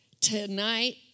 tonight